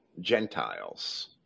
Gentiles